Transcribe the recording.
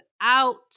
out